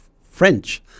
French